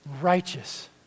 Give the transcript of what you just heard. righteous